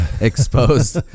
exposed